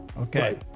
Okay